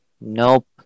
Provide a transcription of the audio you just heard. Nope